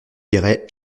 dirai